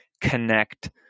connect